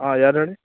ಹಾಂ ಯಾರು ಹೇಳಿ